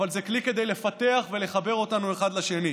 אבל זה כלי כדי לפתח ולחבר אותנו אחד לשני.